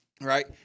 Right